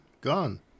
gone